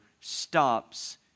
stops